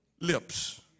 lips